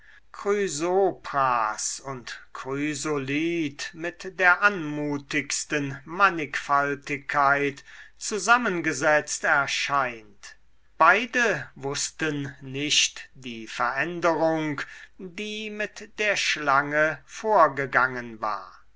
chrysopras und chrysolith mit der anmutigsten mannigfaltigkeit zusammengesetzt erscheint beide wußten nicht die veränderung die mit der schlange vorgegangen war